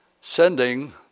sending